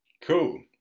Cool